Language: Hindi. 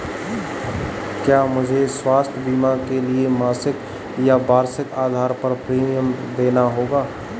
क्या मुझे स्वास्थ्य बीमा के लिए मासिक या वार्षिक आधार पर प्रीमियम देना होगा?